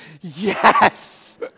yes